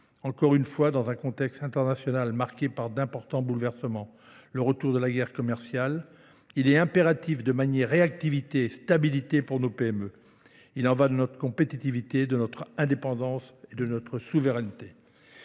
Encore une fois, dans un contexte international marqué par d'importants bouleversements, le retour de la guerre commerciale, il est impératif de manier réactivité et stabilité pour nos PME. Il en va de notre compétitivité, de notre indépendance et de notre souveraineté.